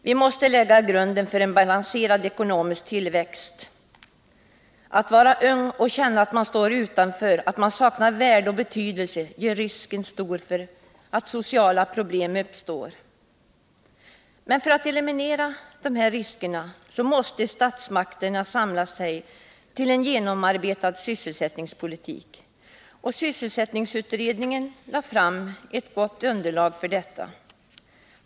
Vi måste lägga grunden för en balanserad ekonomisk tillväxt. Att vara ung och känna att man står utanför, att man saknar värde och betydelse, gör riskerna stora att sociala problem uppstår. För att eliminera dessa risker måste statsmakterna samla sig till en genomarbetad sysselsättningspolitik. Sysselsättningsutredningen lade fram ett gott underlag för detta.